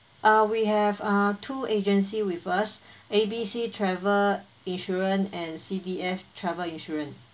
uh we have uh two agency with us A B C travel insurance and C D F travel insurance